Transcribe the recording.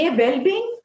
well-being